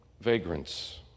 vagrants